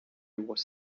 was